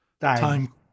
time